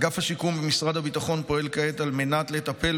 אגף השיקום במשרד הביטחון פועל כעת על מנת לטפל